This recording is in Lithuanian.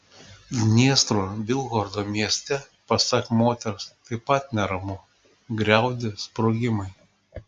dniestro bilhorodo mieste pasak moters taip pat neramu griaudi sprogimai